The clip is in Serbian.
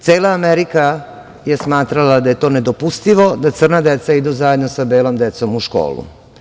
Cela Amerika je smatrala da je to nedopustivo, da crna deca idu zajedno sa belom decom u školu.